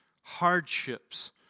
hardships